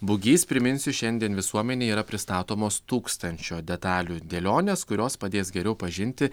bugys priminsiu šiandien visuomenei yra pristatomos tūkstančio detalių dėlionės kurios padės geriau pažinti